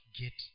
get